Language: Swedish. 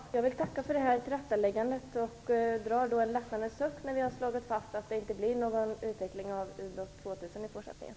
Fru talman! Jag vill tacka för detta tillrättaläggande och drar en lättnadens suck när vi nu har slagit fast att det inte blir någon utveckling av ubåt 2 000 i fortsättningen.